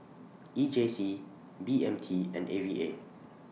E J C B M T and A V A